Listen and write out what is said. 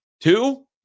Two